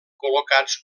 col·locats